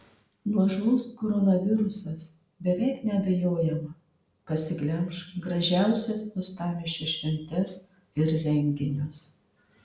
nuožmus koronavirusas beveik neabejojama pasiglemš gražiausias uostamiesčio šventes ir renginius